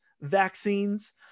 vaccines